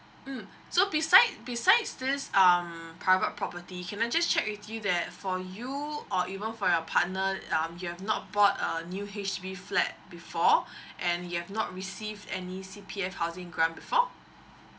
um so beside beside this um private property can I just check with you that for you or even for your partner um you have not bought a new H_D_B flat before and you have not received any C_P_F housing grant before